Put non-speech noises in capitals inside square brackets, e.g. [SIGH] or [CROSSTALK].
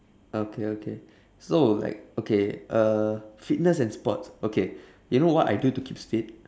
okay okay [BREATH] so like okay uh fitness and sports okay you know what I do to keeps fit